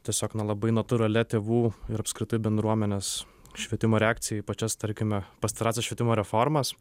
tiesiog na labai natūralia tėvų ir apskritai bendruomenės švietimo reakcija į pačias tarkime pastarąsias švietimo reformas